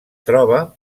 troba